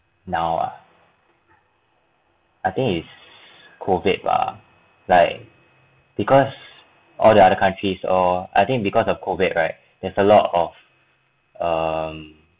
now ah I think it's covid bah like because all the other countries or I think because of COVID right there's a lot of um